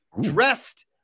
dressed